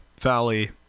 Valley